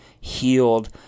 healed